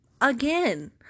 Again